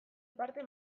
parte